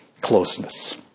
closeness